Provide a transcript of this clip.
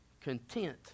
Content